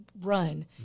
run